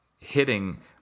hitting